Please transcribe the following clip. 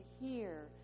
hear